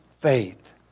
faith